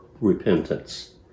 repentance